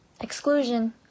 exclusion